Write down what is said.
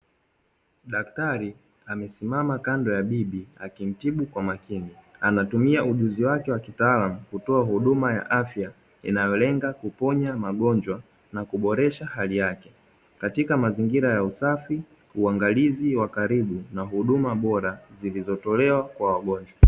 Daktari, amesimama kando ya bibi akimtibu kwa makini. Anatumia ujuzi wake wa kitaalamu kutoa huduma ya afya inayolenga kuponya magonjwa na kuboresha hali yake; katika mazingira ya usafi, uangalizi wa karibu na huduma bora zilizotolewa kwa wagonjwa.